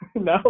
No